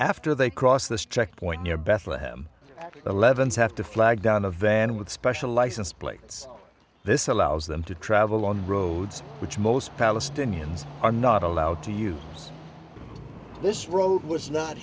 after they cross this checkpoint near bethlehem eleven's have to flag down a van with special license plates this allows them to travel on roads which most palestinians are not allowed to use this road was not